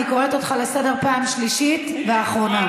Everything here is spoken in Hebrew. אני קוראת אותך לסדר פעם שלישית ואחרונה.